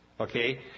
okay